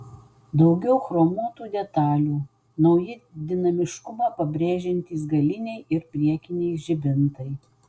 daugiau chromuotų detalių nauji dinamiškumą pabrėžiantys galiniai ir priekiniai žibintai